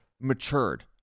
matured